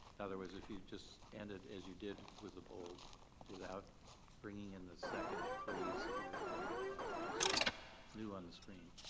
in other words, if you'd just end it as you did with a bold without bringing in the second phrase that you're adding right now, which is new on the screen.